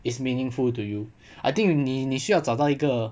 is meaningful to you I think 你你你需要找到一个